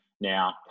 now